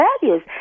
values